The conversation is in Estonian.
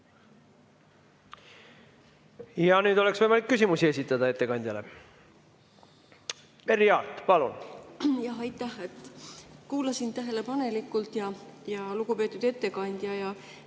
Ja nüüd on võimalik küsimusi esitada ettekandjale. Merry Aart, palun! Aitäh! Kuulasin tähelepanelikult, lugupeetud ettekandja,